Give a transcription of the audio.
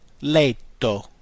Letto